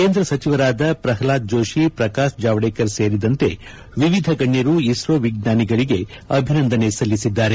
ಕೇಂದ್ರ ಸಚಿವರಾದ ಪ್ರಲ್ಡಾದ್ ಜೋಷಿ ಪ್ರಕಾಶ್ ಜಾವಡೇಕರ್ ಸೇರಿದಂತೆ ವಿವಿಧ ಗಣ್ಯರು ಇಸ್ರೋ ವಿಜ್ಞಾನಿಗಳಿಗೆ ಅಭಿನಂದನೆ ಸಲ್ಲಿಸಿದ್ದಾರೆ